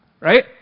right